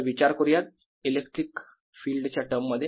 तर विचार करूयात इलेक्ट्रिक फील्ड च्या टर्ममध्ये